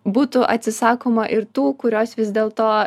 būtų atsisakoma ir tų kurios vis dėlto